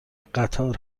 قطار